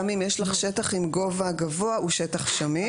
גם אם יש לך שטח עם גובה גבוה, הוא שטח שמיש.